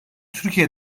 türkiye